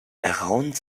around